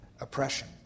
oppression